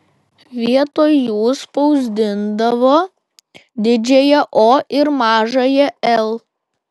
vietoj jų spausdindavo didžiąją o ir mažąją l